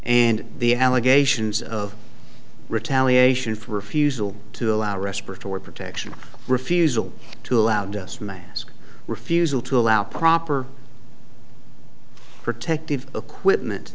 and the allegations of retaliation for refusal to allow respiratory protection refusal to allow dust mask refusal to allow proper protective equipment